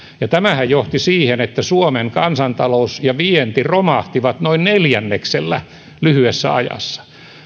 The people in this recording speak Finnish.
tämähän johti siihen että suomen kansantalous ja vienti romahtivat noin neljänneksellä lyhyessä ajassa